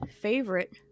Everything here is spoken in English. favorite